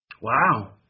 Wow